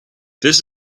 this